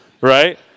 Right